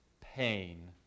pain